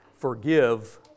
forgive